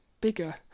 bigger